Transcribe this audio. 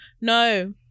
no